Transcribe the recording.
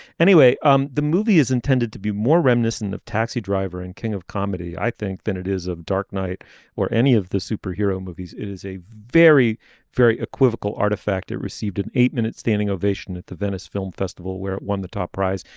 anyway um the movie is intended to be more reminiscent of taxi driver and king of comedy i think than it is of dark knight or any of the superhero movies. it is a very very equivocal artifact it received an eight minute standing ovation at the venice film festival where it won the top prize.